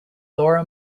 laura